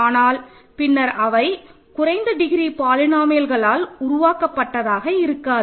ஆனால் பின்னர் அவை குறைந்த டிகிரி பாலினோமியலால் உருவாக்கப்பட்டதாக இருக்காது